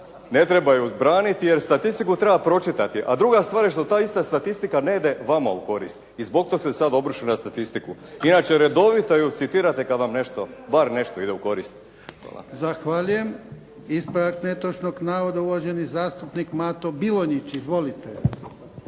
prije svega, jer statistiku treba pročitati. A druga stvar je što ta ista statistika ne ide vama u korist i zbog toga ste se sada obrušili na statistiku. Inače ju redovito citirate kada vam nešto, bar nešto ide u korist. Hvala. **Jarnjak, Ivan (HDZ)** Zahvaljujem. Ispravak netočnog navoda uvaženi zastupnik Mato Bilonjić. Izvolite.